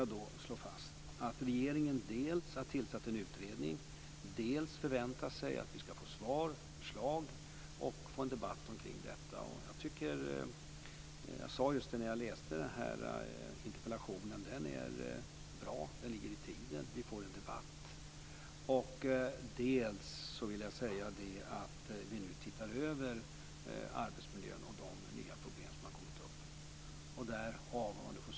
Jag vill slå fast att regeringen dels har tillsatt en utredning, dels förväntar sig att få svar och förslag och en debatt kring detta. När jag läste interpellationen sade jag att den är bra, den ligger i tiden, vi får en debatt. Vi tittar nu över arbetsmiljöfrågan och de nya problem som har kommit upp.